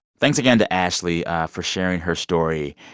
thanks again to ashley for sharing her story.